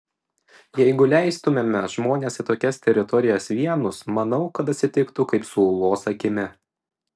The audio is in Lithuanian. jeigu leistumėme žmones į tokias teritorijas vienus manau kad atsitiktų kaip su ūlos akimi